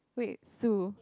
wait Sue